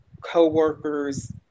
coworkers